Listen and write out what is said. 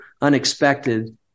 unexpected